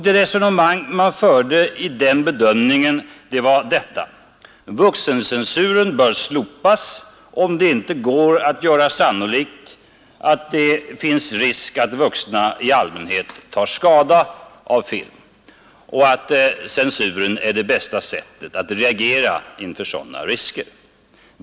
Det resonemang man förde vid den bedömningen var detta: Vuxencensuren bör slopas, om det inte går att göra sannolikt att det finns risk för att Nr 62 vuxna i allmänhet tar skada av film och att censuren är det bästa medlet Torsdagen den att undvika sådana risker.